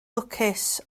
lwcus